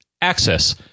access